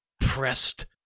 pressed